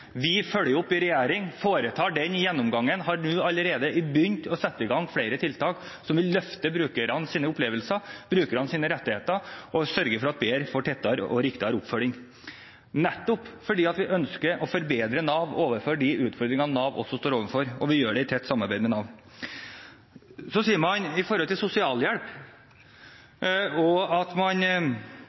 Vi følger opp i regjering og foretar den gjennomgangen, og vi har allerede nå satt i gang flere tiltak som vil løfte brukernes opplevelser, brukernes rettigheter, og sørge for riktigere og tettere oppfølging, nettopp fordi vi ønsker å forbedre Nav og de utfordringene Nav står overfor. Vi gjør dette i tett samarbeid med Nav. Så sier man i forhold til sosialhjelp at